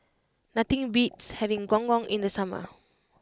nothing beats having Gong Gong in the summer